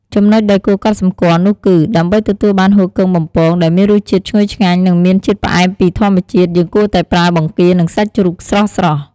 ចំណុចដែលគួរកត់សម្គាល់នោះគឺ ដើម្បីទទួលបានហ៊ូគឹងបំពងដែលមានរសជាតិឈ្ងុយឆ្ងាញ់ និងមានជាតិផ្អែមពីធម្មជាតិ យើងគួរតែប្រើ បង្គា និងសាច់ជ្រូកស្រស់ៗ។